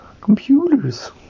Computers